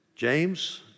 James